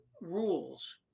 rules